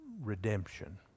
redemption